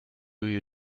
you